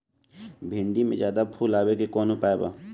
भिन्डी में ज्यादा फुल आवे के कौन उपाय बा?